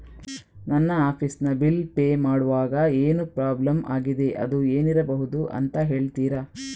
ನನ್ನ ಆಫೀಸ್ ನ bill pay ಮಾಡ್ವಾಗ ಏನೋ ಪ್ರಾಬ್ಲಮ್ ಆಗಿದೆ ಅದು ಏನಿರಬಹುದು ಅಂತ ಹೇಳ್ತೀರಾ?